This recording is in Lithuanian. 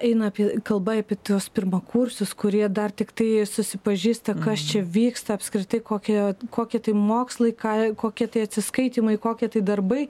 eina kalba apie tuos pirmakursius kurie dar tiktai susipažįsta kas čia vyksta apskritai kokie kokie tai mokslai ką kokie tai atsiskaitymai kokie tai darbai